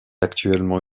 actuellement